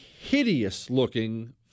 hideous-looking